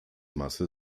masse